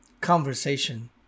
conversation